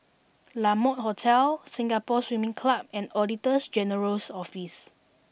La Mode Hotel Singapore Swimming Club and Auditor General's Office